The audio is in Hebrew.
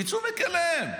יצאו מכליהם.